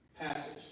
passage